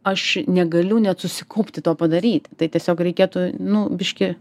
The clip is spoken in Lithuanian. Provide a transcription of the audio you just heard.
aš negaliu net susikaupti to padaryti tai tiesiog reikėtų nu biškį